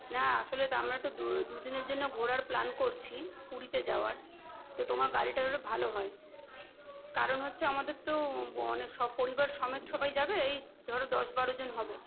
না আসলে তো আমরা একটু দু দিনের জন্য ঘোরার প্ল্যান করছি পুরীতে যাওয়ার তো তোমার গাড়িটা হলে ভালো হয় কারণ হচ্ছে আমাদের তো অনেক সব পরিবার সমেত সবাই যাবে এই ধর দশ বারোজন হবে